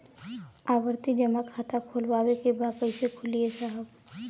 आवर्ती जमा खाता खोलवावे के बा कईसे खुली ए साहब?